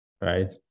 right